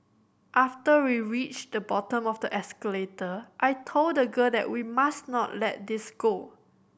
after we reached the bottom of the escalator I told the girl that we must not let this go